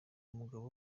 umugabo